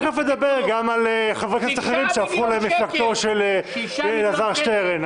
תכף נדבר גם על חברי כנסת אחרים שהפכו למפלגתו של אלעזר שטרן.